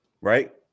Right